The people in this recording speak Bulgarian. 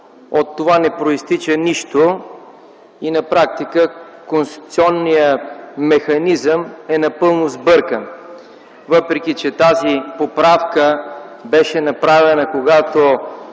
от това не произтича нищо и на практика конституционният механизъм е напълно сбъркан, въпреки че тази поправка беше направена, когато